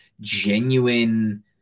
genuine